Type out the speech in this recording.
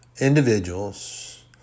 individuals